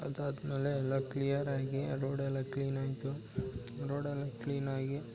ಅದು ಆದಮೇಲೆ ಎಲ್ಲ ಕ್ಲಿಯರಾಗಿ ರೋಡೆಲ್ಲ ಕ್ಲೀನ್ ಆಯಿತು ರೋಡೆಲ್ಲ ಕ್ಲೀನಾಗಿ